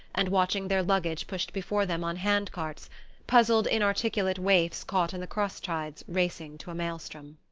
and watching their luggage pushed before them on hand-carts puzzled inarticulate waifs caught in the cross-tides racing to a maelstrom.